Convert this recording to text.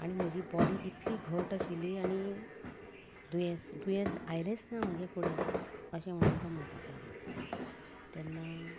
आनी म्हजी बॉडी इतली घट आशिल्ली आनी दुयेंस दुयेंस आयलेंच ना म्हज्या फुड्यान अशें म्हणून तो म्हणपाक लागलो तेन्ना